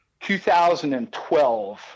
2012